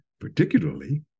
particularly